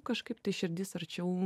kažkaip tai širdis arčiau